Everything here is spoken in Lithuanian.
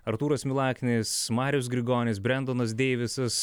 artūras milaknis marius grigonis brensonas deivisas